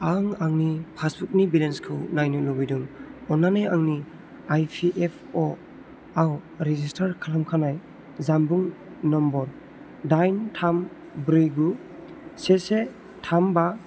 आं आंनि पासबुकनि बेलेन्सखौ नायनो लुबैदों अन्नानै आंनि इ पि एफ अ आव रेजिस्टार खालामखानाय जानबुं नम्बर दाइन थाम ब्रै गु से से थाम बा गु लाथिख' थाम आरो इउ ए एन नम्बर नै ब्रै गु दाइन सिनि से से दाइन द' स्नि नै से जों लग इन खालाम